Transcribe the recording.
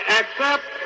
accept